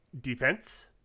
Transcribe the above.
defense